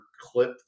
clip